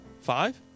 Five